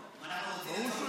אנחנו רוצים למצוא פתרון,